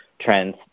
trends